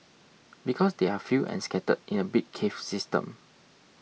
because they are few and scattered in a big cave system